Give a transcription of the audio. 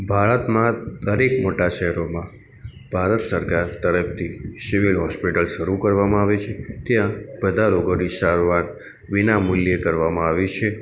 ભારતમાં દરેક મોટા શહેરોમાં ભારત સરકાર તરફથી સિવિલ હૉસ્પિટલ શરુ કરવામાં આવે છે ત્યાં બધા રોગોની સારવાર વિના મૂલ્યે કરવામાં આવી છે